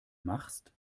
machst